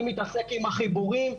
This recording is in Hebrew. אני מתעסק עם החיבורים,